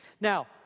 Now